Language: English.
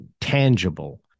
tangible